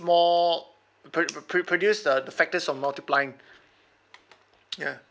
more pr~ p~ produce uh the factors from multiplying ya